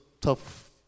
tough